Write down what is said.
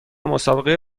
مسابقه